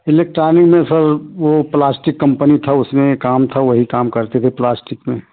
electronic में sir वो plastic company था उसमें काम था वही काम करते थे प्लास्टिक में